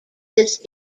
this